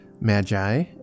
magi